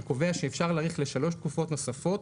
הוא קובע שאפשר להאריך לשלוש תקופות נוספות,